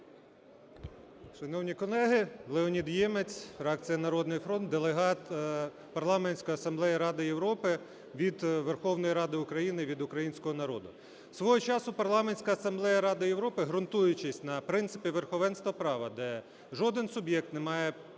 Шановні колеги! Леонід Ємець, фракція "Народний фронт", делегат Парламентської асамблеї Ради Європи від Верховної Ради України, від українського народу. Свого часу Парламентська асамблея Ради Європи, ґрунтуючись на принципі верховенства права, де жоден суб'єкт не має більше